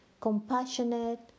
compassionate